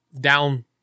down